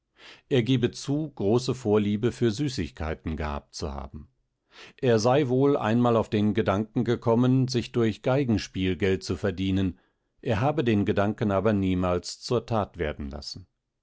er gebe zu große vorliebe für süßigkeiten gehabt zu haben er sei wohl einmal auf den gedanken gekommen sich durch geigenspiel geld zu verdienen er habe den gedanken aber niemals zur tat werden lassen